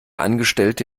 angestellte